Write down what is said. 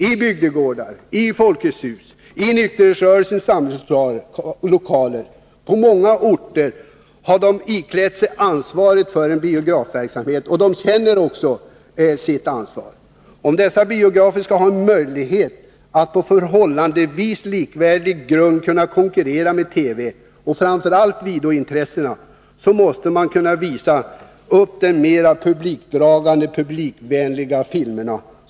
I bygdegårdar, i Folkets hus och i nykterhetsrörelsens samlingslokaler på många mindre orter har de iklätt sig ansvaret för en biografverksamhet, och de känner också sitt ansvar. Om dessa biografer skall ha någon möjlighet att på förhållandevis likvärdig grund kunna konkurrera med TV och framför allt videointressena måste de kunna visa mera publikdragande och mera publikvänliga filmer.